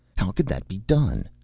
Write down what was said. how could that be done?